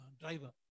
driver